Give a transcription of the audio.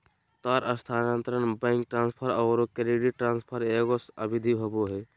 तार स्थानांतरण, bank transfer औरो क्रेडिट ट्रांसफ़र के एगो विधि होबो हइ